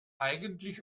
eigentlich